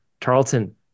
Tarleton